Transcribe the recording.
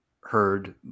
heard